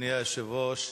אדוני היושב-ראש,